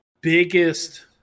biggest